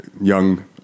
young